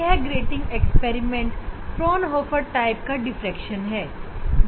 यह ग्रेटिंग प्रयोग Fraunhofer type का डिफ़्रैक्शन है